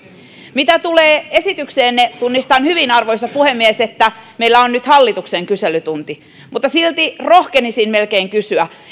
mitä tulee esitykseenne tunnistan hyvin arvoisa puhemies että meillä on nyt hallituksen kyselytunti mutta silti rohkenisin melkein kysyä